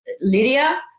Lydia